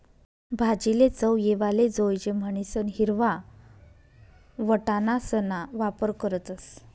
भाजीले चव येवाले जोयजे म्हणीसन हिरवा वटाणासणा वापर करतस